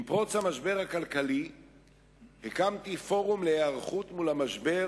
עם פרוץ המשבר הכלכלי הקמתי פורום להיערכות מול המשבר